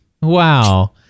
Wow